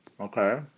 Okay